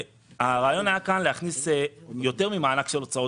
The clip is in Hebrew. הרעיון כאן היה להכניס יותר ממענק של הוצאות